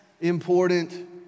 important